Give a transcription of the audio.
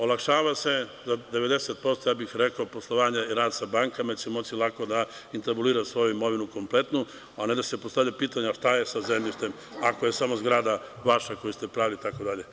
Olakšava se 90% ja bih rekao, poslovanje i rad sa bankama će moći lako da intabulira svoju imovinu kompletnu, a ne da se postavlja pitanje šta je sa zemljištem ako je samo zgrada vaša koju ste pravili, itd.